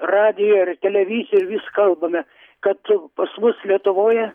radijuje ir televizijoj vis kalbame kad pas mus lietuvoje